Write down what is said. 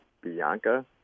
Bianca